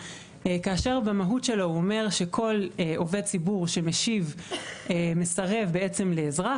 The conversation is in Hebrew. במהות שלו הוא אומר שכל עובד ציבור שמסרב לאזרח,